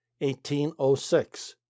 1806